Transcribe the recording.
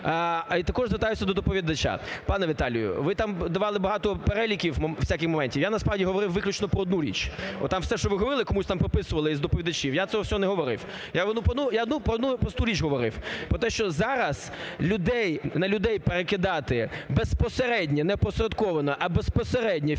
І також звертаюся до доповідача. Пане Віталію, ви там давали багато переліків, всяких моментів, а я насправді говорив виключно про одну річ, отам все, що ви говорили, комусь там приписували із доповідачів, я цього всього не говорив. Я про одну просту річ говорив, про те, що зараз на людей перекидати безпосередньо, не опосередковано, а безпосередньо фінансування